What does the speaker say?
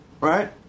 right